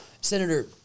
Senator